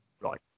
Right